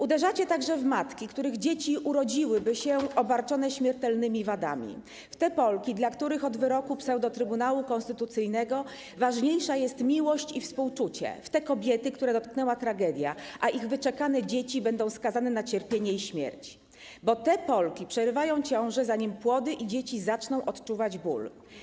Uderzacie także w matki, których dzieci urodziłyby się obarczone śmiertelnymi wadami, w te Polki, dla których od wyroku pseudo-Trybunału Konstytucyjnego ważniejsza jest miłość i współczucie, w te kobiety, które dotknęła tragedia, a ich wyczekane dzieci będą skazane na cierpienie i śmierć, bo te Polki przerywają ciążę, zanim płody i dzieci zaczną odczuwać ból.